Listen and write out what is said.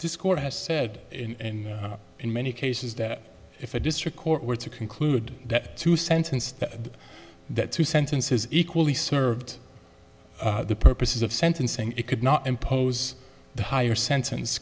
discord has said in in many cases that if a district court were to conclude that to sentence that that two sentences equally served the purposes of sentencing it could not impose the higher sentence